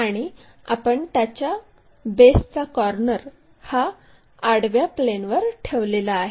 आणि आपण त्याच्या बेसचा कॉर्नर हा आडव्या प्लेनवर ठेवलेला आहे